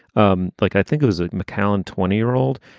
um like i think it was a macallan twenty year old.